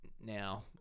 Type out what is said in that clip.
now